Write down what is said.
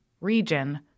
region